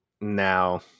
now